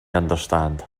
understand